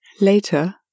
Later